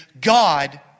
God